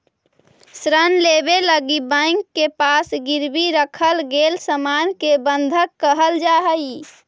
ऋण लेवे लगी बैंक के पास गिरवी रखल गेल सामान के बंधक कहल जाऽ हई